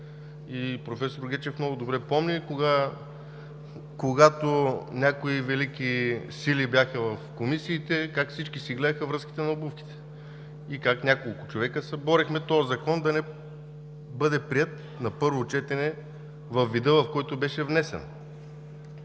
Професор Гечев много добре помни, когато някои велики сили бяха в комисиите, как всички си гледаха връзките на обувките и как няколко човека се борехме този закон да не бъде приет на първо четене във вида, в който беше внесен.